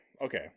Okay